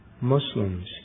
Muslims